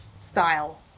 style